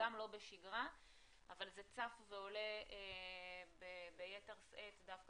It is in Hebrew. גם לא בשגרה אבל זה צף ועולה בייתר שאת דווקא